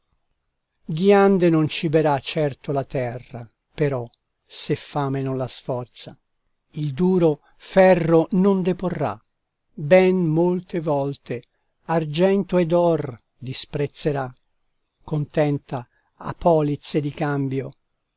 ghiande non ciberà certo la terra però se fame non la sforza il duro ferro non deporrà ben molte volte argento ed or disprezzerà contenta a polizze di cambio